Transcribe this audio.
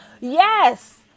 yes